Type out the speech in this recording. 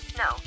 no